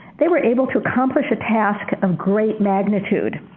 they were able to accomplish a task of great magnitude.